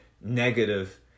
negative